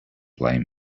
blame